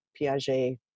Piaget